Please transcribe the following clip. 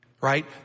right